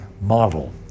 model